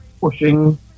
pushing